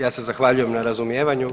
Ja se zahvaljujem na razumijevanju.